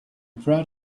proud